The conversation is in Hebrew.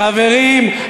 חברים,